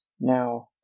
Now